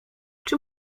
czy